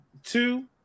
Two